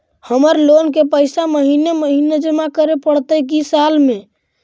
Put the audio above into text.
हमर लोन के पैसा महिने महिने जमा करे पड़तै कि साल में?